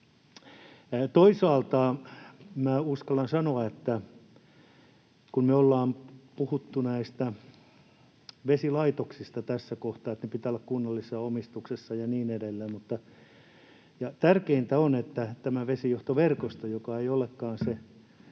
Toisaalta uskallan sanoa, kun me ollaan puhuttu näistä vesilaitoksista tässä kohtaa niin, että niiden pitää olla kunnallisessa omistuksessa ja niin edelleen, että tärkeintä on, että tämä vesijohtoverkosto, joka ei olekaan se